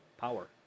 power